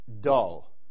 dull